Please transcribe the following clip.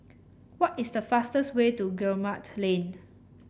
what is the fastest way to Guillemard Lane